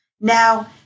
Now